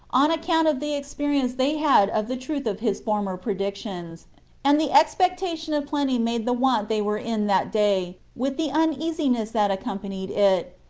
on account of the experience they had of the truth of his former predictions and the expectation of plenty made the want they were in that day, with the uneasiness that accompanied it,